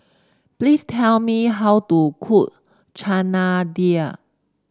please tell me how to cook Chana Dal